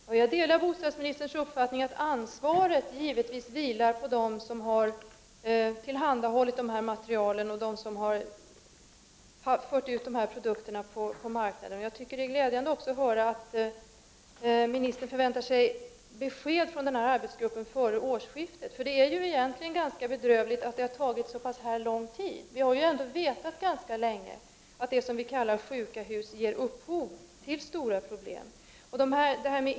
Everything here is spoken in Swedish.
Svar på frågor Herr talman! Jag delar bostadsministerns uppfattning att ansvaret givetvis vilar på dem som har tillhandahållit materialet och dem som har fört ut pro dukterna på marknaden. Det är glädjande att höra att statsrådet förväntar sig besked från arbetsgruppen före årsskiftet. Det är ju egentligen ganska bedrövligt att det har tagit så här lång tid. Vi har ju ganska länge vetat att det som kallas sjuka hus ger upphov till stora problem.